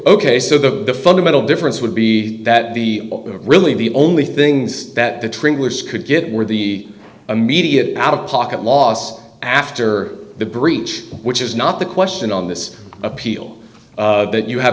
so the fundamental difference would be that the really the only things that the trailers could get were the immediate out of pocket loss after the breach which is not the question on this appeal that you have